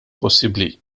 possibbli